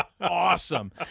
awesome